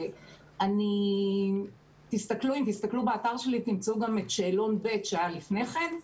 אם תסתכלו באתר שלי תמצאו גם את שאלון ב' שהיה לפני כן,